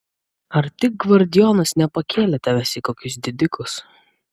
ar tik gvardijonas nepakėlė tavęs į kokius didikus